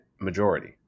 majority